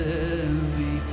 heavy